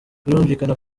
birumvikana